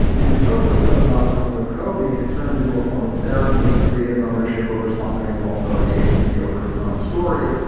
and choper says about working with kobe, it turned into a form of therapy. creative ownership over something is also an agency over his own story.